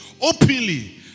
openly